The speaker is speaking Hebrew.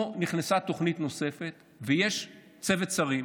פה נכנסה תוכנית נוספת, ויש צוות שרים